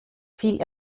viel